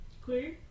Clear